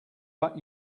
but